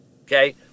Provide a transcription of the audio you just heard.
Okay